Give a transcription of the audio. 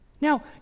Now